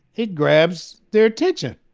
it grabs their attention,